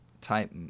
type